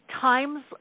times